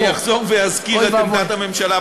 אני אחזור ואזכיר את עמדת הממשלה בסוף.